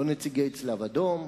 לא נציגי הצלב-האדום,